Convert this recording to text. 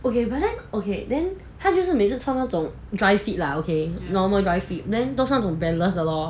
okay but then okay then 他就是每次穿那种 dry fit lah okay normal dry fit okay then those 那种 balance 的 lor